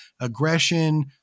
aggression